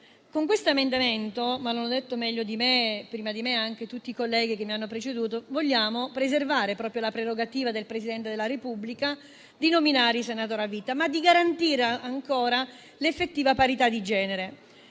con questo emendamento - lo hanno detto, meglio e prima di me, tutti i colleghi che mi hanno preceduto - vogliamo preservare la prerogativa del Presidente della Repubblica di nominare i senatori a vita, garantendo l'effettiva parità di genere.